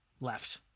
left